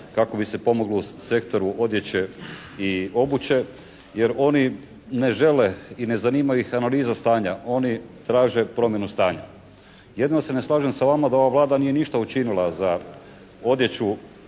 kako bi se pomoglo sektoru odjeće i obuće, jer oni ne žele i ne zanima ih analiza stanja, oni traže promjenu stanja. Jedino se ne slažem sa vama da ova Vlada nije ništa učinila za odjeću